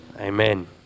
Amen